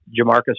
Jamarcus